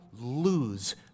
lose